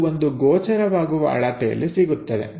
ಅದು ಒಂದು ಗೋಚರವಾಗುವ ಅಳತೆಯಲ್ಲಿ ಇರುತ್ತದೆ